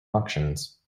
auctions